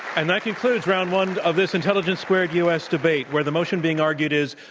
and that concludes round one of this intelligence squared us debate, where the motion being argued is,